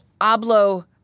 ABLO